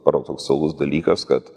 paradoksalus dalykas kad